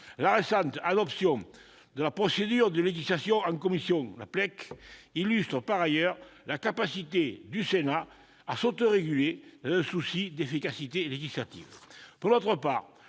La récente adoption de la procédure de législation en commission, la PLEC, illustre par ailleurs la capacité de notre institution à s'autoréguler, dans un souci d'efficacité législative.